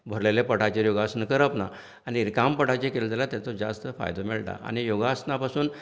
भरलेल्या पोटाचेर योगासनां करप ना आनी रिकाम्या पोटाचेर केली जाल्यार तेचो जास्त फायदो मेळटा आनी योगासनां पासून